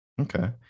Okay